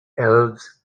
elves